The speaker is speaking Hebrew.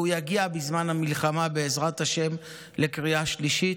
והוא יגיע בזמן המלחמה, בעזרת השם, לקריאה שלישית.